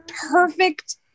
perfect